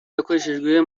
yakoreshejwe